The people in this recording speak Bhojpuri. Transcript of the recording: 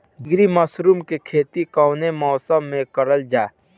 ढीघरी मशरूम के खेती कवने मौसम में करल जा?